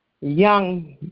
young